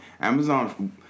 Amazon